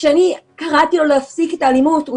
כשאני קראתי לו להפסיק את האלימות הוא